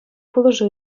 пулӑшу